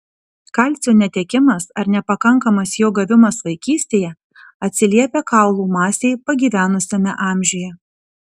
kalcio netekimas ar nepakankamas jo gavimas vaikystėje atsiliepia kaulų masei pagyvenusiame amžiuje